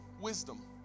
wisdom